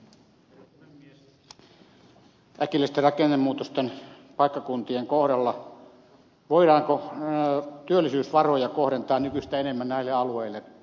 voidaanko äkillisten rakennemuutosten paikkakuntien kohdalla työllisyysvaroja kohdentaa nykyistä enemmän näille alueille